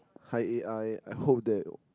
hi I eh I hope that